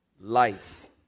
lice